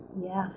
Yes